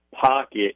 pocket